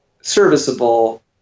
serviceable